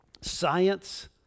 science